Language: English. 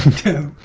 to